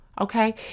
Okay